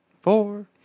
Four